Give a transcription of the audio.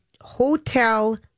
hotel